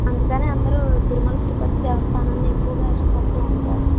అందుకనే అందరు తిరుమల తిరుపతి దేవస్థానాన్ని ఎక్కువుగా ఇష్టపడుతూ ఉంటారు